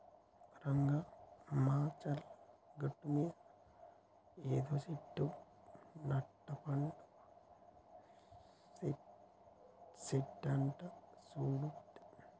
రంగా మానచర్ల గట్టుమీద ఇదేదో సెట్టు నట్టపండు సెట్టంట సూడు బిడ్డా